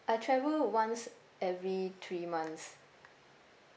I travel once every three months